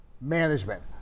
management